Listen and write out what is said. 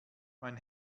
mein